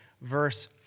verse